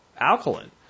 alkaline